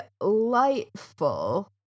delightful